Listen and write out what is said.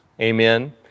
Amen